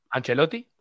Ancelotti